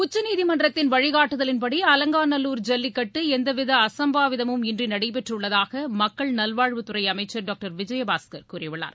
உச்சநீதிமன்றத்தின் வழிகாட்டுதலின்படி அலங்காநல்லூர் ஜல்லிக்கட்டு எவ்வித அசம்பாவிதமும் இன்றி நடைபெற்றுள்ளதாக மக்கள் நல்வாழ்வுத்துறை அமைச்சர் டாக்டர் விஜயபாஸ்கர் கூறியுள்ளார்